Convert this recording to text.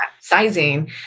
sizing